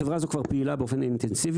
החברה הזו כבר פעילה באופן אינטנסיבי.